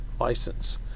license